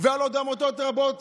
ועל עוד עמותות רבות